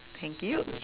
thank you